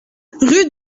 rue